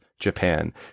Japan